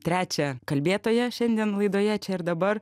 trečią kalbėtoją šiandien laidoje čia ir dabar